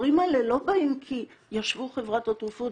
הדברים האלה לא באים כי ישבו בחברת התרופות